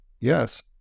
Yes